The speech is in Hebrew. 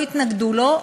לא התנגדו לו,